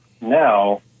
now